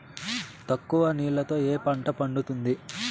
తక్కువ నీళ్లతో ఏ పంట పండుతుంది?